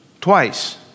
twice